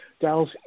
Dallas